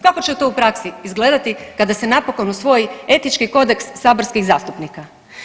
Kako će to u praksi izgledati kada se napokon usvoji etički kodeks saborskih zastupnika?